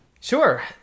Sure